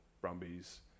Brumbies